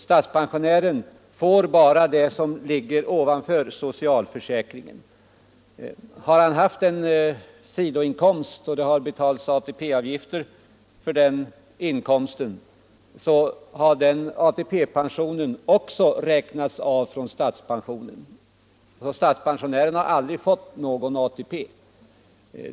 Statspensionären får bara det som ligger ovanför socialförsäkringen. Har han haft en sidoinkomst och det har betalats ATP-avgifter för den inkomsten har ATP-pensionen också räknats av från statspensionen. Statspensionären har på det sättet aldrig fått någon ATP.